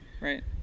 Right